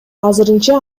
азырынча